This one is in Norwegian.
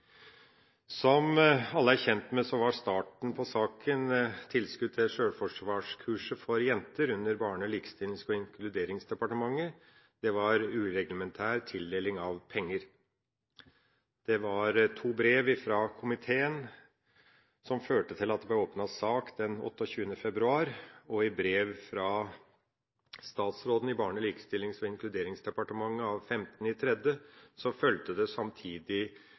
Som alle er kjent med, var starten på saken tilskudd til sjølforsvarskurset for jenter under Barne-, likestillings- og inkluderingsdepartementet. Tildelinga av penger var ureglementert. Det var to brev fra komiteen som førte til at det ble åpnet sak den 28. februar 2012. Brevet fra statsråden i Barne-, likestillings- og inkluderingsdepartementet av